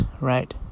right